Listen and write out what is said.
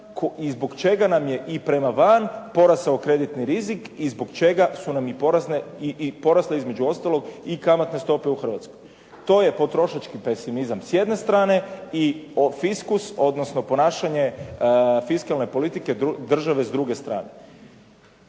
i zbog čega nam je i prema van porastao kreditni rizik i zbog čega su nam i porasle između ostalog i kamatne stope u Hrvatskoj. To je potrošački pesimizam s jedne strane i fiskus odnosno ponašanje fiskalne politike države s druge strane.